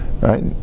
right